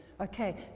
Okay